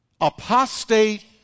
apostate